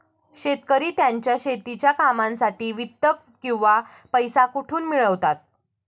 शेतकरी त्यांच्या शेतीच्या कामांसाठी वित्त किंवा पैसा कुठून मिळवतात?